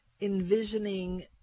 envisioning